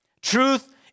Truth